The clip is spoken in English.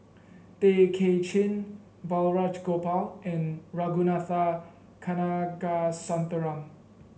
Tay Kay Chin Balraj Gopal and Ragunathar Kanagasuntheram